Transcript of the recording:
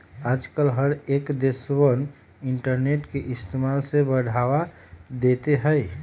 आजकल हर एक देशवन इन्टरनेट के इस्तेमाल से बढ़ावा देते हई